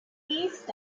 east